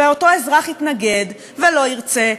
ואותו אזרח יתנגד ולא ירצה,